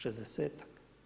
Šezdesetak.